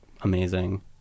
amazing